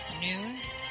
news